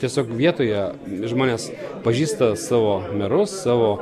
tiesiog vietoje žmonės pažįsta savo merus savo